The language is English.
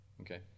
Okay